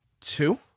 two